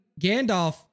Gandalf